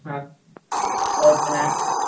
ஆ ஓகேண்ணே